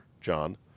John